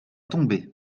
tombé